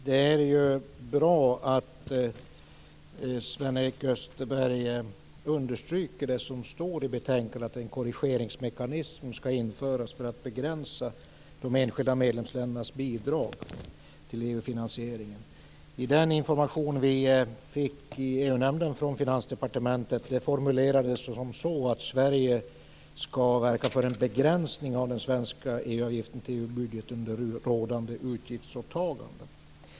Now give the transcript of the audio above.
Det är bra att Sven-Erik Österberg understryker det som står i betänkandet om att en korrigeringsmekanism skall införas för att begränsa de enskilda medlemsländernas bidrag till EU I den information vi fick i EU-nämnden från Finansdepartementet formulerades detta så att Sverige skall verka för en begränsning av den svenska EU avgiften till EU-budgeten under rådande utgiftsåtaganden.